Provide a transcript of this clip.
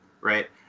right